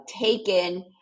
taken